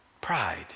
Pride